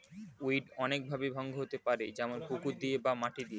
weed অনেক ভাবে ভঙ্গ হতে পারে যেমন পুকুর দিয়ে বা মাটি দিয়ে